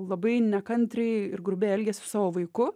labai nekantriai ir grubiai elgiasi su savo vaiku